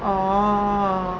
orh